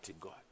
God